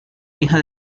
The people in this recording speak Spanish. hija